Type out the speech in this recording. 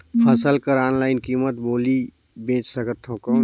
फसल कर ऑनलाइन कीमत बोली बेच सकथव कौन?